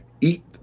eat